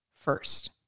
first